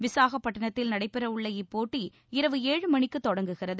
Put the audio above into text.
விசாகப்பட்டினத்தில் நடைபெற உள்ள இப்போட்டி இரவு ஏழு மணிக்கு தொடங்குகிறது